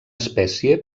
espècie